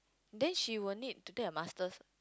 then she will need to take a Masters